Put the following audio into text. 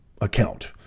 account